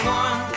one